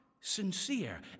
sincere